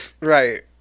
Right